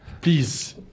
Please